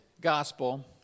gospel